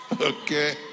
okay